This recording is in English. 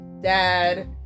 dad